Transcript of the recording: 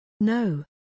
No